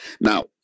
Now